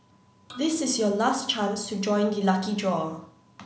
this is your last chance to join the lucky draw